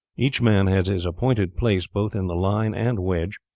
each man had his appointed place both in the line and wedge.